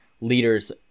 leaders